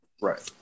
right